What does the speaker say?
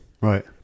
Right